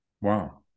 Wow